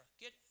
get